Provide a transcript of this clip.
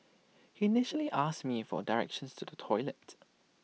he initially asked me for directions to the toilet